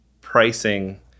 pricing